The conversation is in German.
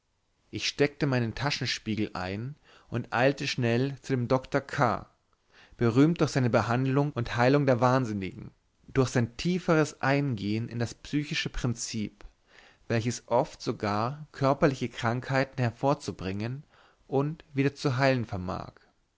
ich steckte meinen taschenspiegel ein und eilte schnell zu dem doktor k berühmt durch seine behandlung und heilung der wahnsinnigen durch sein tieferes eingehen in das psychische prinzip welches oft sogar körperliche krankheiten hervorzubringen und wieder zu heilen vermag